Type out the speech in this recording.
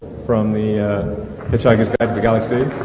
from the hitchhiker's guide to the galaxy.